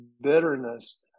bitterness